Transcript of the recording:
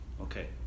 okay